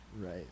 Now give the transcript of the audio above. Right